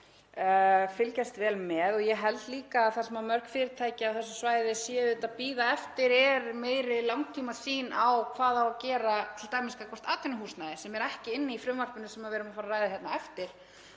fylgjast vel með. Ég held líka að það sem mörg fyrirtæki á þessu svæði eru að bíða eftir sé meiri langtímasýn á hvað á að gera t.d. gagnvart atvinnuhúsnæði sem er ekki inni í frumvarpinu sem við erum að fara að ræða á eftir